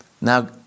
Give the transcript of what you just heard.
Now